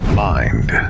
Mind